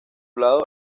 lado